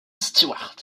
stewart